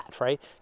right